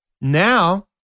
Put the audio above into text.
Now